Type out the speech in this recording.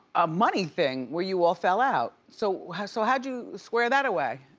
a money thing where you all fell out so so how'd you square that away?